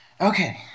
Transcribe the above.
Okay